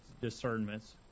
discernments